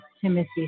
Timothy